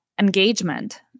engagement